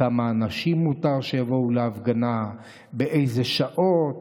כמה אנשים מותר שיבואו להפגנה, באיזה שעות.